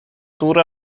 دور